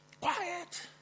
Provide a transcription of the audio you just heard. Quiet